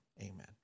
amen